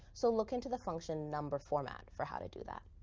so look into the function number format for how to do that.